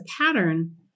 pattern